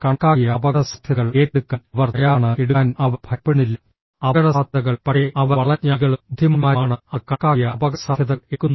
കണക്കാക്കിയ അപകടസാധ്യതകൾ ഏറ്റെടുക്കാൻ അവർ തയ്യാറാണ് എടുക്കാൻ അവർ ഭയപ്പെടുന്നില്ല അപകടസാധ്യതകൾ പക്ഷേ അവർ വളരെ ജ്ഞാനികളും ബുദ്ധിമാന്മാരുമാണ് അവർ കണക്കാക്കിയ അപകടസാധ്യതകൾ എടുക്കുന്നു